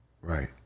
Right